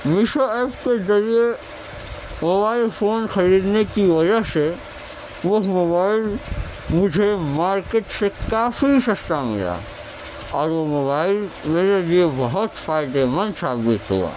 Meesho app کے ذریعے mobile phone خریدنے کی وجہ سے وہ موبائل مجھے مارکیٹ سے کافی سستا ملا اور وہ موبائل میرے لئے بہت فائدے مند ثابت ہوا